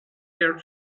air